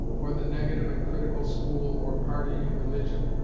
or the negative and critical school or party in religion,